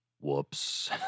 Whoops